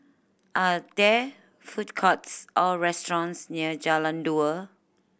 are there food courts or restaurants near Jalan Dua